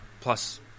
Plus